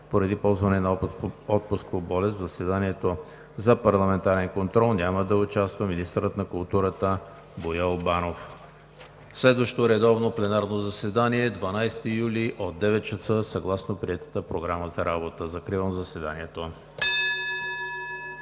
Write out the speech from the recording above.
Поради ползване на отпуск по болест в заседанието за парламентарен контрол няма да участва министърът на културата Боил Банов. Следващото редовно пленарно заседание е на 12 юли 2019 г. от 9,00 ч. съгласно приетата Програма за работа. Закривам заседанието.